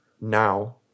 now